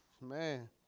man